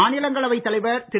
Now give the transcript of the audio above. மாநிலங்களவைத் தலைவர் திரு